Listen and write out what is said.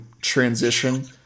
transition